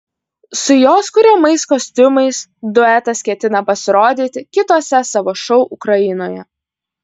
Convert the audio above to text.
su jos kuriamais kostiumais duetas ketina pasirodyti kituose savo šou ukrainoje